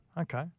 Okay